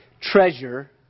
treasure